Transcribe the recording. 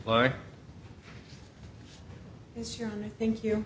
hard this year and i think you